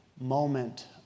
moment